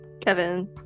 Kevin